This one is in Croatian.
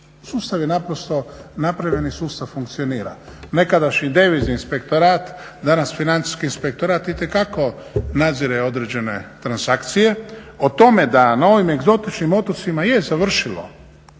Sustav je naprosto napredan i sustav funkcionira. Nekadašnji devizni inspektorat, danas financijski inspektorat itekako nadzire određene transakcije. O tome da na ovim egzotičnim otocima je završilo